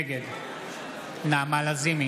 נגד נעמה לזימי,